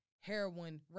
heroin